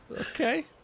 Okay